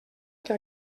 que